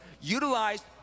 utilized